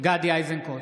גדי איזנקוט,